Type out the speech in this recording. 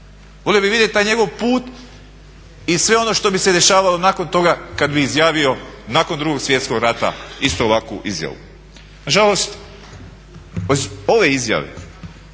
volio bih vidjeti taj njegov put i sve ono što bi se dešavalo nakon toga kad bi izjavio nakon Drugog svjetskog rata isto ovakvu izjavu. Na žalost ove izjave